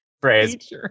phrase